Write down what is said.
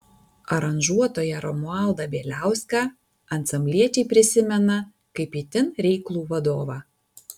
aranžuotoją romualdą bieliauską ansambliečiai prisimena kaip itin reiklų vadovą